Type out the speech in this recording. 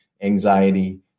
anxiety